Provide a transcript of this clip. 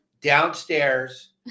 downstairs